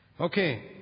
Okay